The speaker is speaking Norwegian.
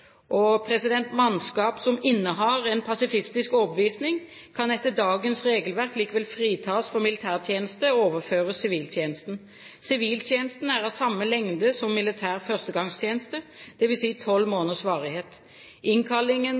Mannskap som innehar en pasifistisk overbevisning, kan etter dagens regelverk likevel fritas for militærtjeneste og overføres til siviltjeneste. Siviltjenesten er av samme lengde som militær førstegangstjeneste, dvs. 12 måneders varighet. Innkallingen